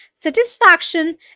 Satisfaction